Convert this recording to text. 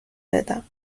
بدم